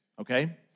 okay